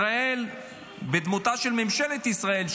ישראל בדמותה של ממשלת ישראל,